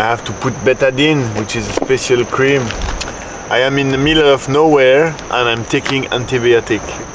i have to put betadine which is special cream i am in the middle ah of nowhere and i'm taking antibiotic!